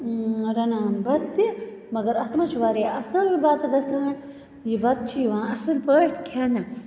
رَنان بَتہٕ تہِ مگر اتھ مَنٛز چھُ واریاہ اصٕل بَتہٕ گَژھان یہِ بَتہٕ چھُ یِوان اصٕل پٲٹھۍ کھیٚنہٕ